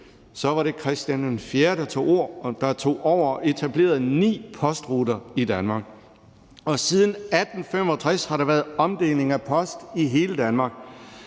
var det Christian IV, der tog over og etablerede ni postruter i Danmark. Og siden 1865 har der været omdeling af post i hele Danmark.